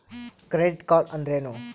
Credit card ಅಂದ್ರೇನು?